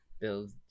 Build